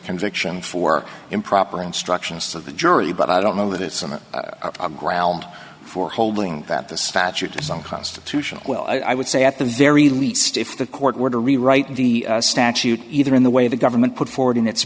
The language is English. conviction for improper instructions of the jury but i don't know that it's a ground for holding that the statute has a constitutional well i would say at the very least if the court were to rewrite the statute either in the way that government put forward in its